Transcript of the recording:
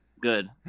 good